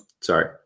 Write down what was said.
Sorry